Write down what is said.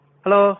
Hello